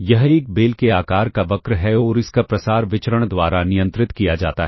यह एक बेल के आकार का वक्र है और इसका प्रसार विचरण द्वारा नियंत्रित किया जाता है